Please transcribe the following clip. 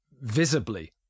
visibly